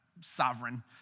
sovereign